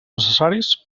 necessaris